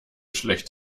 schlecht